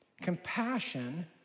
Compassion